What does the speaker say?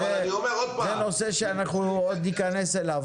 אבל אני אומר עוד פעם --- זה נושא שאנחנו עוד נכנס אליו,